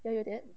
ya your dad